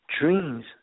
dreams